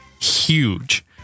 huge